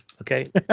okay